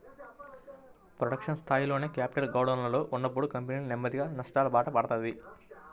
production స్థాయిలోనే capital గోడౌన్లలో ఉన్నప్పుడు కంపెనీ నెమ్మదిగా నష్టాలబాట పడతది